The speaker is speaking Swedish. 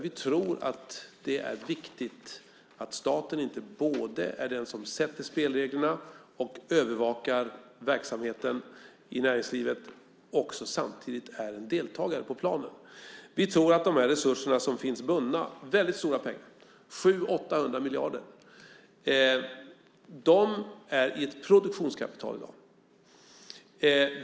Vi tror att det är viktigt att staten inte både är den som sätter spelreglerna och övervakar verksamheten i näringslivet och samtidigt är en deltagare på planen. De resurser som finns bundna är stora pengar, 700-800 miljarder, och de är i ett produktionskapital i dag.